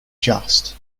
just